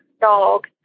dog